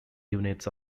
units